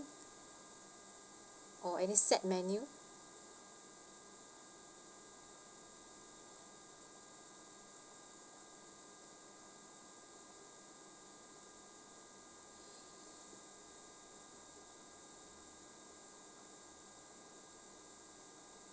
or any set menu